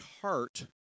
heart